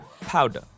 Powder